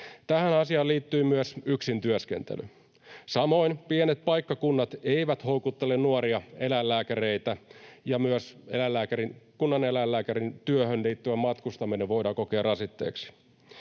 Tähän asiaan liittyy myös yksin työskentely. Samoin pienet paikkakunnat eivät houkuttele nuoria eläinlääkäreitä, ja myös kunnaneläinlääkärin työhön liittyvä matkustaminen voidaan kokea rasitteeksi.